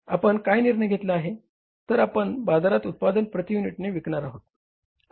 आपण काय निर्णय घेतला आहे तर आपण बाजारात उत्पादन प्रति युनिटने विकणार आहोत